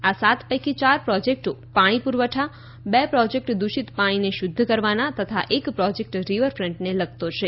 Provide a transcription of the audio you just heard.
આ સાત પૈકી ચાર પ્રોજેક્ટો પાણી પૂરવઠા બે પ્રોજેક્ટ દૂષિત પાણીને શુધ્ધ કરવાના તથા એક પ્રોજેક્ટ રિવરફ્ટને લગતો છે